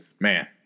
man